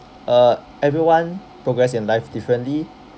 uh everyone progress in life differently